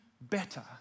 better